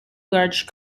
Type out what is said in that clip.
large